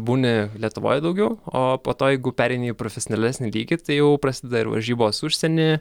būni lietuvoj daugiau o po to jeigu pereini į profesionalesnį lygį tai jau prasideda ir varžybos užsieny